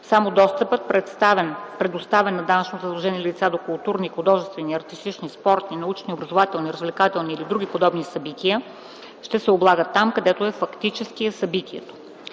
Само достъпът, предоставен на данъчно задължени лица до културни, художествени, артистични, спортни, научни, образователни, развлекателни или подобни събития, ще се облага там, където фактически е събитието.